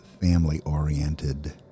family-oriented